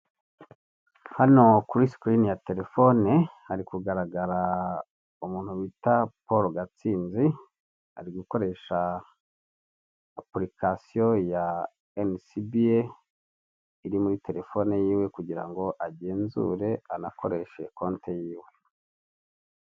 Hano kuri sikirini ya telefone hari kugaragara umuntu bita Paul Gatsinzi, ari gukoresha apurikasiyo ya enisibiye iri muri telefone y'iwe, kugira ngo agenzure, anakoreshe konte y'iwe.